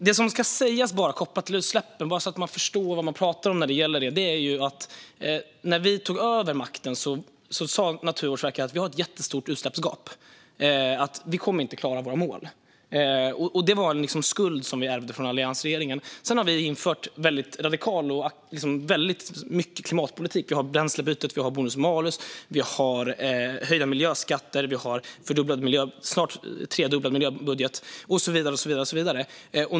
Det som ska sägas kopplat till utsläppen, bara så att man förstår vad man pratar om när det gäller dem, är att Naturvårdsverket, när vi tog över makten, sa att vi har ett jättestort utsläppsgap och att vi inte kommer att klara våra mål. Det var en skuld som vi ärvde från alliansregeringen. Sedan har vi infört en radikal miljöpolitik. Vi har bränslebytet, vi har bonus-malus, vi har höjda miljöskatter, vi har en tredubblad miljöbudget och så vidare.